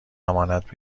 امانت